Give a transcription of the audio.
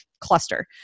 cluster